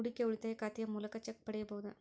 ಹೂಡಿಕೆಯ ಉಳಿತಾಯ ಖಾತೆಯ ಮೂಲಕ ಚೆಕ್ ಪಡೆಯಬಹುದಾ?